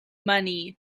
money